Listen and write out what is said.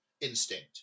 instinct